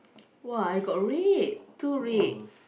!wah! I got red two red